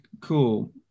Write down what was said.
cool